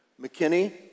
McKinney